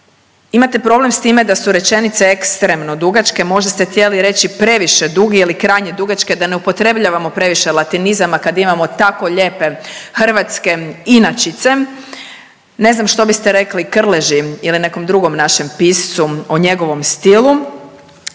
imate problem s time da su rečenice ekstremno dugačke, možda ste htjeli reći previše duge ili krajnje dugačke da ne upotrebljavamo previše latinizama kad imamo tako ljepe hrvatske inačice. Ne znam što biste rekli Krleži ili nekom drugom našem piscu o njegovom stilu.